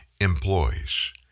employees